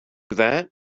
that